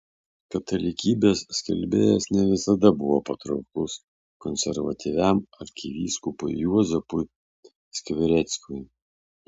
katalikybės skelbėjas ne visada buvo patrauklus konservatyviam arkivyskupui juozapui skvireckui